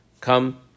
come